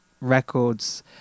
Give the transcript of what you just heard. records